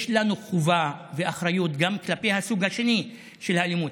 יש לנו חובה ואחריות גם כלפי הסוג השני של האלימות,